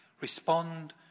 respond